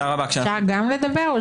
אפשר גם לדבר?